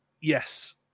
Yes